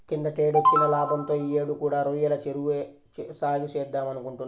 కిందటేడొచ్చిన లాభంతో యీ యేడు కూడా రొయ్యల చెరువు సాగే చేద్దామనుకుంటున్నా